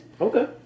Okay